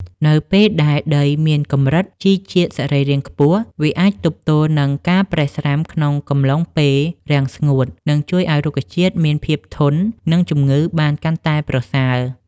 នៅពេលដែលដីមានកម្រិតជីជាតិសរីរាង្គខ្ពស់ វាអាចទប់ទល់នឹងការប្រេះស្រាំក្នុងកំឡុងពេលរាំងស្ងួត និងជួយឱ្យរុក្ខជាតិមានភាពធន់នឹងជំងឺបានកាន់តែប្រសើរ។